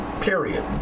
period